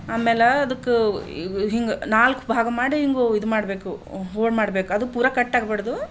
ಆಮೇಲೆ ಅದಕ್ಕೆ ಹಿಂಗೆ ನಾಲ್ಕು ಭಾಗ ಮಾಡಿ ಹಿಂಗೆ ಇದು ಮಾಡಬೇಕು ಹೋಳು ಮಾಡಬೇಕು ಅದು ಪೂರಾ ಕಟ್ಟಾಗಬಾರ್ದು